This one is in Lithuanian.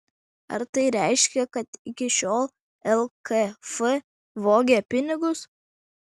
ar tai reiškia kad iki šiol lkf vogė pinigus